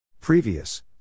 Previous